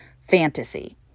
fantasy